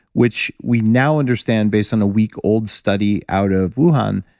which we now understand based on a week-old study out of wuhan,